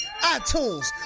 iTunes